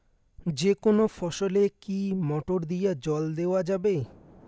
যেকোনো ফসলে কি মোটর দিয়া জল দেওয়া যাবে?